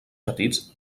petits